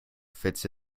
fits